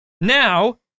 Now